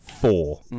four